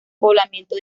poblamiento